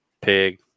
Pig